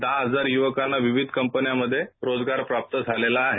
दहा हजार युवकांना विविध कंपन्यांमध्ये रोजगार प्राप्त झालेला आहे